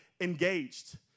engaged